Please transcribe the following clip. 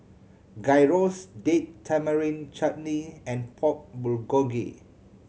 Gyros Date Tamarind Chutney and Pork Bulgogi